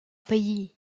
pays